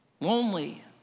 lonely